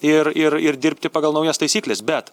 ir ir ir dirbti pagal naujas taisykles bet